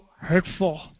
hurtful